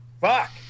fuck